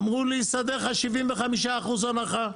אמרו לי, נסדר לך 75% הנחה.